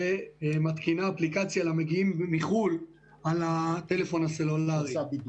ומתקינה אפליקציה אצל המגיעים מחו"ל על הטלפון הסלולרי.